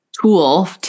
tool